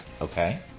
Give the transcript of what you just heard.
Okay